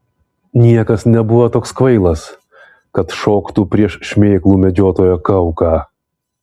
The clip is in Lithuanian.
niekas nebuvo toks kvailas kad šoktų prieš šmėklų medžiotojo kauką